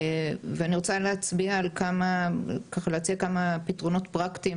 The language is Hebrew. ואני רוצה להציע כמה פתרונות פרקטיים